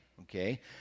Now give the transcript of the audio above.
okay